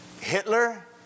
Hitler